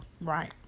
Right